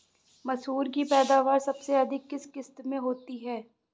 मसूर की पैदावार सबसे अधिक किस किश्त में होती है?